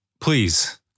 please